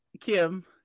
kim